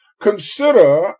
consider